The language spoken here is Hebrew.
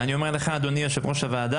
אני אומר לך, אדוני יושב ראש הוועדה,